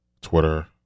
Twitter